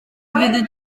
fyddi